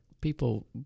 people